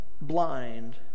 blind